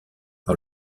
par